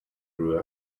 grew